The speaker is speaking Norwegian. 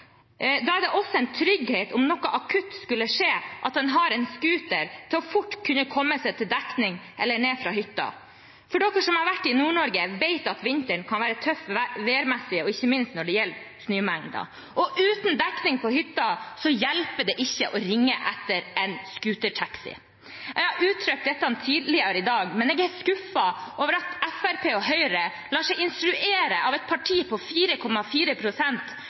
Da er det også en trygghet om noe akutt skulle skje, at man har en scooter til fort å kunne komme seg til dekning eller ned fra hytta. De som har vært i Nord-Norge, vet at vinteren kan være tøff værmessig, ikke minst når det gjelder snømengden, og uten dekning på hytta kan en ikke ringe etter en scootertaxi. Jeg har uttrykt dette tidligere i dag, men jeg er skuffet over at Fremskrittspartiet og Høyre lar seg instruere av et parti på